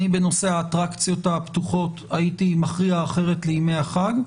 בנושא האטרקציות הפתוחות הייתי מכריע אחרת לימי החג,